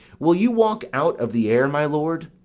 will you walk out of the air, my lord?